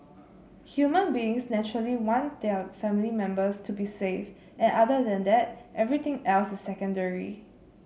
human beings naturally want their family members to be safe and other than that everything else is secondary